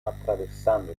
attraversando